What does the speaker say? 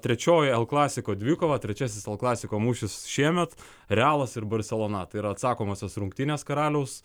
trečioji alklasiko dvikova trečiasis alklasiko mūšis šiemet realas ir barselona tai yra atsakomosios rungtynės karaliaus